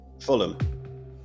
Fulham